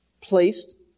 placed